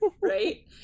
right